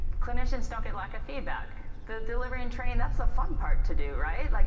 clinicians don't get lack of feedback. the delivery and training, that's the fun part to do, right? like